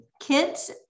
kids